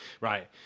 right